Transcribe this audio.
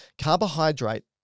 Carbohydrate